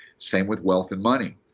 same with wealth and money.